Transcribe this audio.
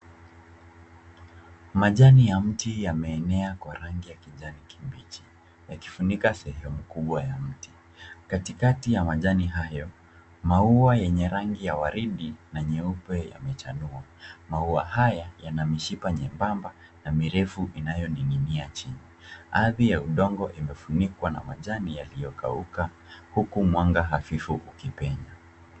Majani ya mti yamemea kwa rangi ya kibichi yakifunika sehemu kubwa ya mti ,Katikati ya majani hayo mauwa yenye rangi ya waridi na nyeupe yamechanuwa. Mauwa haya yanamishipa nyebamba mirefu inayoninginia chini ardhi ya udongo umefunikwa na majani yaliyokauka huku mwanga hafifu ukipenya.